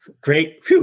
Great